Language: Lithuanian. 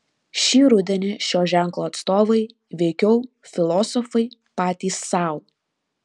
šį rudenį šio ženklo atstovai veikiau filosofai patys sau